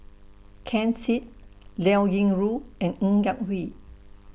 Ken Seet Liao Yingru and Ng Yak Whee